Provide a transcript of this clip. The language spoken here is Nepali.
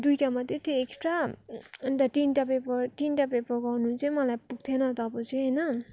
दुइटा मात्रै थियो एक्सट्रा अन्त तिनटा पेपर तिनटा पेपर गर्नु चाहिँ मलाई पुग्थेन तब चाहिँ होइन